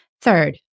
Third